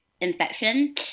infection